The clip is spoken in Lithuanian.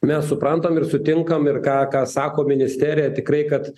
mes suprantam ir sutinkam ir ką ką sako ministerija tikrai kad